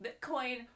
Bitcoin